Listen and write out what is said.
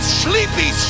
sleepy